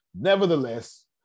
Nevertheless